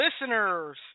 Listeners